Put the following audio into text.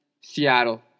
Seattle